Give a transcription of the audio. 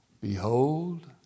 Behold